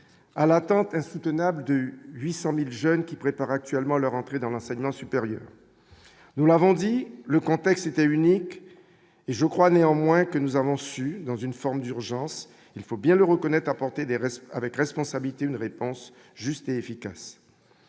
à l'attente insoutenable de 800000 jeunes qui préparent actuellement leur entrée dans l'enseignement supérieur, nous l'avons dit le contexte était unique et je crois néanmoins que nous avons su dans une forme d'urgence, il faut bien le reconnaître, rapporté des restes avec responsabilité, une réponse juste et efficace,